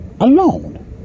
alone